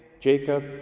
Jacob